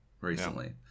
recently